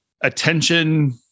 attention